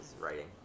writing